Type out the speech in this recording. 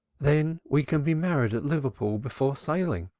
then we can be married at liverpool before sailing?